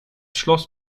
schloss